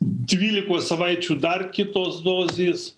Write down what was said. dvylikos savaičių dar kitos dozės